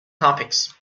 topics